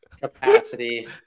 capacity